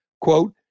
Quote